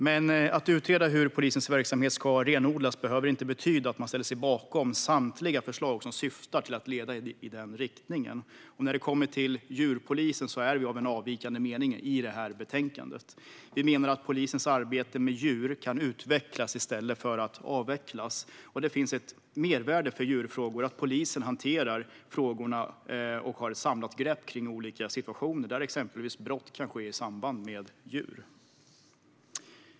Men att utreda hur polisens verksamhet ska renodlas behöver inte betyda att man ställer sig bakom samtliga förslag som syftar till att leda i den riktningen. När det kommer till djurpolisen är vi av en avvikande mening från betänkandet. Vi menar att polisens arbete med djur kan utvecklas i stället för att avvecklas. Det finns ett mervärde i att polisen hanterar djurfrågorna och har ett samlat grepp kring olika situationer där exempelvis brott kan ske i samband med djur.